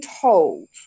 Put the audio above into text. told